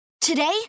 Today